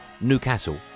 Newcastle